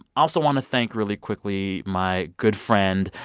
also, want to thank, really quickly, my good friend,